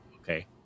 okay